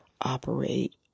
operate